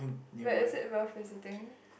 but is it worth visiting